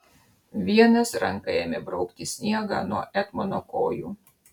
vienas ranka ėmė braukti sniegą nuo etmono kojų